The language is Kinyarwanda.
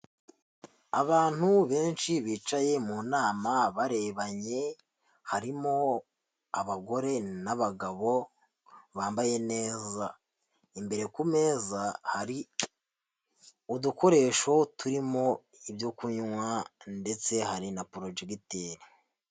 Abantu benshi bicaye mu nama barebanye harimo abagore n'abagabo bambaye neza ,imbere ku meza hari udukoresho turimo ibyo kunywa ndetse hari na porojegiteri.